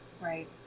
Right